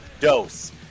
dose